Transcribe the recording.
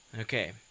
Okay